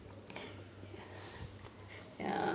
ya